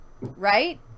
right